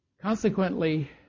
Consequently